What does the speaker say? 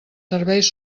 serveis